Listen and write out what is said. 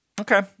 Okay